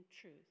truth